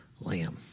Lamb